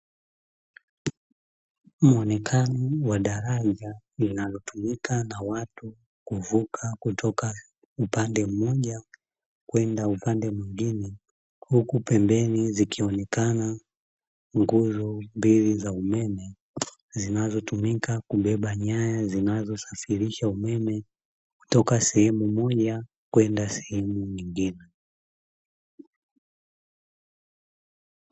Muonekano wa daraja linalotumika na watu kuvuka kutoka upande mmoja kwenda mwingine, huku pembeni zikionekana nguzo mbili za umeme zinazotumika kubeba nyaya zinazosafirisha umeme, kutoka sehemu moja kwenda sehemu nyingine.